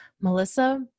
Melissa